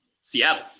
Seattle